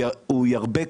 הוא ירבה קושי,